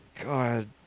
God